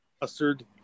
mustard